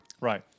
Right